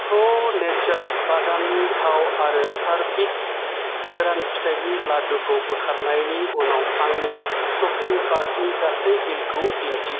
प्र' नेचार बादामनि थाव आरो चार्विक गोरान फिथाइनि लाद्दुखौ बोखारनायनि उनाव आंनि शपिं कार्टनि गासै बिलखौ दिन्थि